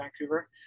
Vancouver